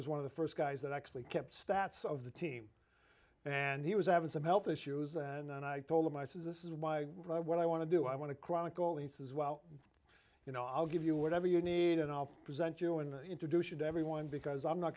was one of the st guys that actually kept stats of the team and he was having some health issues and i told him i says this is why i write what i want to do i want to chronicle and says well you know i'll give you whatever you need and i'll present you and introduce you to everyone because i'm not